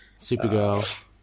Supergirl